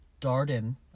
Darden